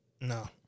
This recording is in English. No